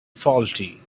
faulty